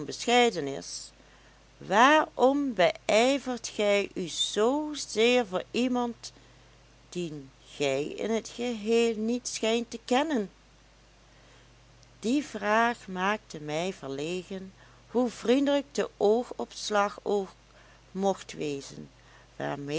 onbescheiden is waarom beijvert gij u zoo zeer voor iemand dien gij in t geheel niet schijnt te kennen die vraag maakte mij verlegen hoe vriendelijk de oogopslag ook mocht wezen waarmede